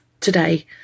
today